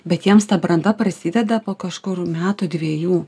bet jiems ta branda prasideda po kažkur metų dviejų